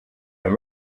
and